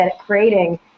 creating